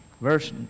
verse